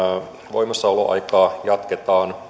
voimassaoloaikaa jatketaan